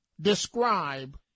describe